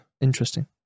Interesting